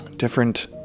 different